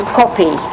copy